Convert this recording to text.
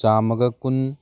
ꯆꯥꯃꯒ ꯀꯨꯟ